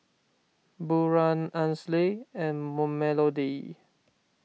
Buren Ansley and Melodee